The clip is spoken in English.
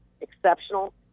exceptional